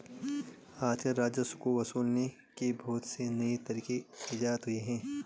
आजकल राजस्व को वसूलने के बहुत से नये तरीक इजात हुए हैं